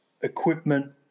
equipment